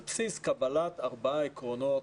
על בסיס קבלת ארבעה עקרונות,